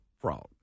fraud